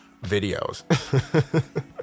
videos